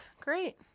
Great